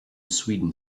sweden